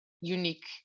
unique